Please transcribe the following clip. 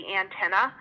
antenna